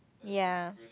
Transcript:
ya